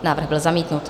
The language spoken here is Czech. Návrh byl zamítnut.